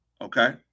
Okay